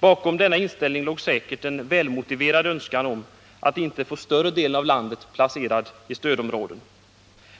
Bakom denna inställning låg säkerligen en välmotiverad önskan om att inte få större delen av landet inplacerad i stödområden.